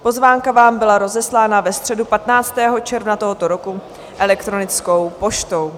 Pozvánka vám byla rozeslána ve středu 15. června tohoto roku elektronickou poštou.